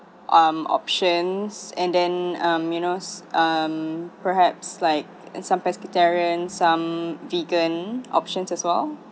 um options and then minnows um perhaps like in some presbyterian some vegan options as well